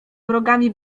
wrogami